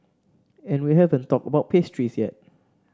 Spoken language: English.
and we haven't talked about pastries yet